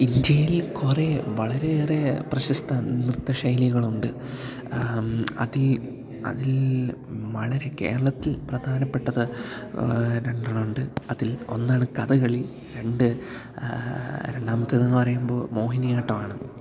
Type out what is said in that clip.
ഇന്ത്യയിൽ കുറെ വളരെയേറെ പ്രശസ്ത നൃത്ത ശൈലികളുണ്ട് അതീ അതിൽ വളരെ കേരളത്തിൽ പ്രധാനപ്പെട്ടത് രണ്ടെണ്ണം ഉണ്ട് അതിൽ ഒന്നാണ് കഥകളി രണ്ട് രണ്ടാമത്തത് എന്ന് പറയുമ്പോൾ മോഹിനിയാട്ടവാണ്